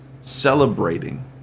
celebrating